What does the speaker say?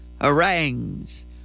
harangues